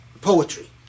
poetry